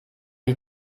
die